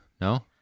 No